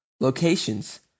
Locations